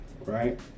right